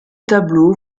tableaux